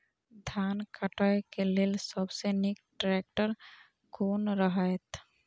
धान काटय के लेल सबसे नीक ट्रैक्टर कोन रहैत?